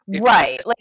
right